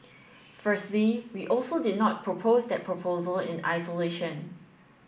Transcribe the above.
firstly we also did not propose that proposal in isolation